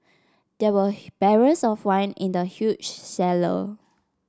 there were barrels of wine in the huge cellar